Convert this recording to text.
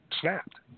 snapped